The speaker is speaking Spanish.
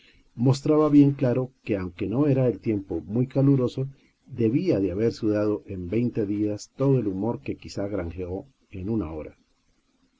ba bien claro que aunque no era el tiempo muy caluroso debía de haber sudado en veinte días todo el humor que quizá granjeó en una hora